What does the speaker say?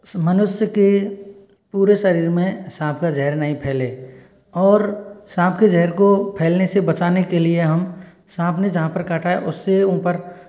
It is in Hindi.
मनुष्य के पूरे शरीर में सांप का ज़हर नहीं फैले और सांप के ज़हर को फैलने से बचाने के लिए हम सांप ने जहाँ पर काटा है उससे ऊपर